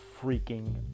freaking